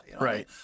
Right